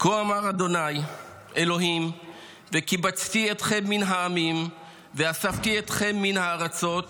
-- כה אמר אדני ה' וקבצתי אתכם מן העמים ואספתי אתכם מן הארצות